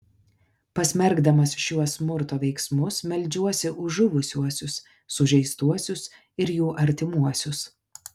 pasmerkdamas šiuos smurto veiksmus meldžiuosi už žuvusiuosius sužeistuosius ir jų artimuosius